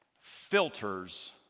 filters